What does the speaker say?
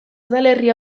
udalerri